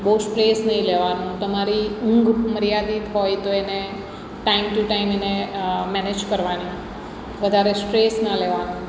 બહુ સ્ટ્રેસ નહીં લેવાનું તમારી ઊંઘ મર્યાદિત હોય તો એને ટાઈમ ટુ ટાઈમ એને મેનેજ કરવાની વધારે સ્ટ્રેસ ન લેવાનો